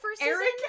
Eric